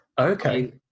okay